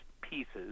pieces